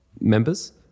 members